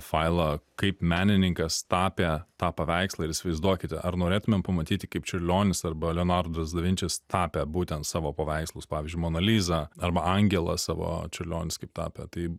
failą kaip menininkas tapė tą paveikslą ir įsivaizduokite ar norėtumėm pamatyti kaip čiurlionis arba leonardas davinčis tapė būtent savo paveikslus pavyzdžiui mona lizą arba angelą savo čiurlionis kaip tapė tai